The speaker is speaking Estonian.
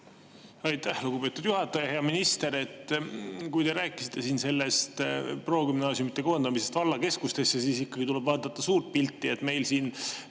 Aitäh, lugupeetud juhataja! Hea minister! Te rääkisite siin sellest progümnaasiumide koondamisest vallakeskustesse, aga ikkagi tuleb vaadata suurt pilti. Meil siin